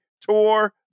Tour